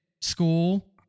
school